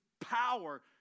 power